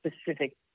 specific